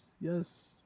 yes